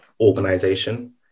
organization